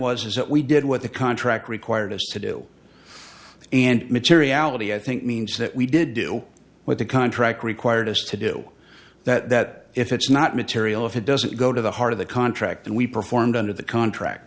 was that we did what the contract required us to do and materiality i think means that we did do with the contract required us to do that if it's not material if it doesn't go to the heart of the contract then we performed under the contract